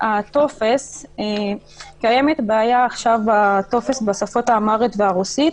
הטופס, קיימת בעיה בטופס בשפות האמהרית והרוסית.